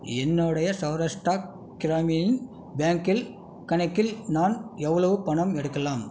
என்னுடைய சௌராஷ்டிரா கிராமின் பேங்கில் கணக்கில் நான் எவ்வளவு பணம் எடுக்கலாம்